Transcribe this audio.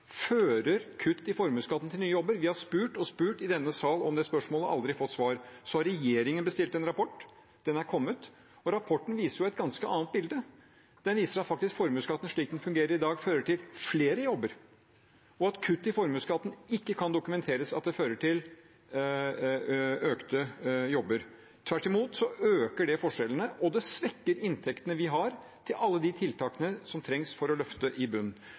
og aldri fått svar. Så har regjeringen bestilt en rapport. Den har kommet. Og rapporten viser et ganske annet bilde. Den viser faktisk at formuesskatten, slik den fungerer i dag, fører til flere jobber, og at kutt i formuesskatten ikke kan dokumenteres å føre til flere jobber. Tvert imot øker det forskjellene, og det svekker inntektene vi har til alle de tiltakene som trengs for å løfte i bunnen.